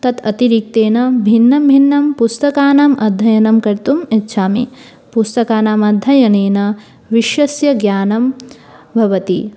तत् अतिरिक्तेन भिन्नं भिन्नं पुस्तकानाम् अध्ययनं कर्तुम् इच्छामि पुस्तकानाम् अध्ययनेन विषयस्य ज्ञानं भवति